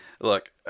Look